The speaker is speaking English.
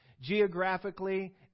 Geographically